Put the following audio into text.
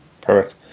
Perfect